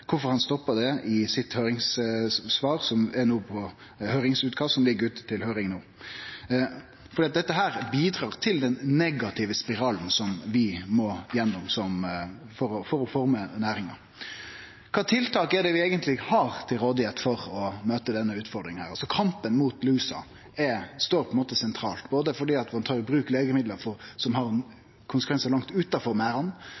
kvifor han stoppa det i høyringsutkastet som ligg ute til høyring no. Dette bidreg til den negative spiralen vi må gjennom for å forme næringa. Kva tiltak er det eigentleg vi har til rådigheit for å møte denne utfordringa? Kampen mot lusa står på ein måte sentralt, både fordi ein tar i bruk legemiddel som har konsekvensar langt utanfor merdane, og fordi lusa i seg sjølv har negative konsekvensar for